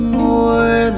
more